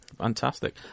Fantastic